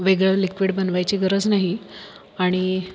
वेगळं लिक्विड बनवायची गरज नाही आणि